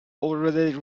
already